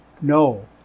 No